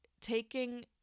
taking